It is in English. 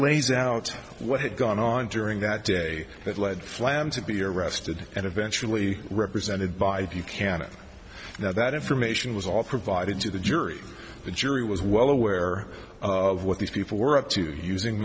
lays out what had gone on during that day that led flamm to be arrested and eventually represented by buchanan that that information was all provided to the jury the jury was well aware of what these people were up to using